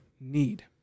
need